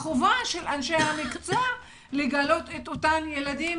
החובה של אנשי המקצוע היא לגלות את אותם ילדים